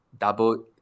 double